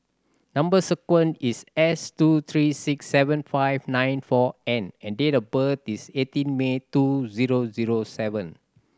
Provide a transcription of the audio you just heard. number sequence is S two three six seven five nine four N and date of birth is eighteen May two zero zero seven